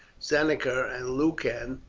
seneca and lucan,